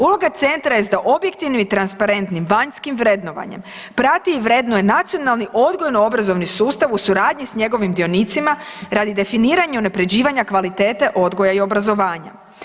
Uloga centra jest da objektivnim i transparentnim vanjskim vrednovanjem prati i vrednuje nacionalno odgojno-obrazovni sustav u suradnji s njegovim dionicima radi definiranja i unaprjeđivanja kvalitete odgoja i obrazovanja.